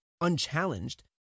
unchallenged